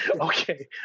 Okay